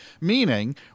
Meaning